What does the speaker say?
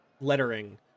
lettering